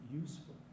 useful